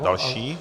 Další.